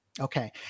Okay